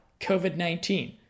COVID-19